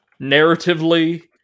narratively